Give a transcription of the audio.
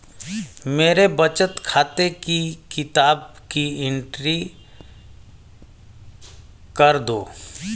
मेरे बचत खाते की किताब की एंट्री कर दो?